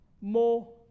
more